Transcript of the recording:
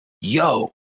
yo